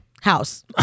House